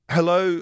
Hello